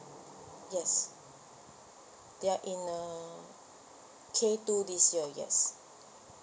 yes they're in uh K two this year yes